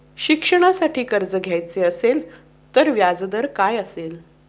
शिक्षणासाठी कर्ज घ्यायचे असेल तर व्याजदर काय असेल?